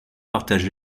partagé